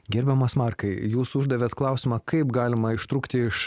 gerbiamas markai jūs uždavėt klausimą kaip galima ištrūkti iš